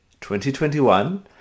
2021